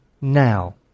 now